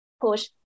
push